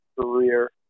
career